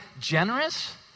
generous